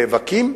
נאבקים,